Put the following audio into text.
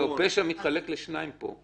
פשע מתחלק לשניים פה.